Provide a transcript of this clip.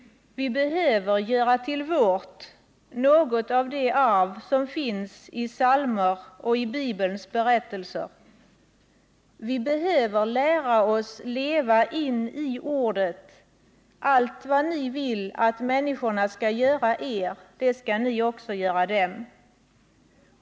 Vi behöver göra till vårt något av det arv som finns i våra psalmer och i Bibelns berättelser. Vi behöver lära oss att leva oss in i ordet: Allt vad ni vill att människorna skall göra er, det skall ni också göra dem.